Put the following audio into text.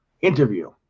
interview